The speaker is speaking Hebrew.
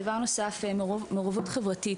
דבר נוסף, מעורבות חברתית.